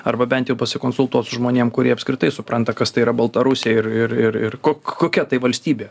arba bent pasikonsultuot su žmonėm kurie apskritai supranta kas tai yra baltarusija ir ir ir ir ko kokia tai valstybė